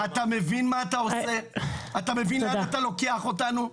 אתה מבין לאן אתה לוקח אותנו?